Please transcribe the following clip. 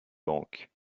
banques